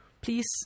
Please